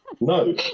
No